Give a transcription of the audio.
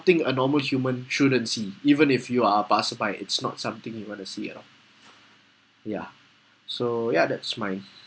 something a normal human shouldn't see even if you are a passerby it's not something you want to see at all ya so ya that's my